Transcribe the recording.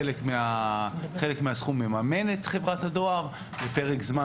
חלק מהסכום מממן את חברת הדואר בפרק זמן,